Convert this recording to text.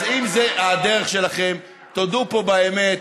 אז אם זו הדרך שלכם, תודו פה באמת.